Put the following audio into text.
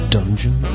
Dungeon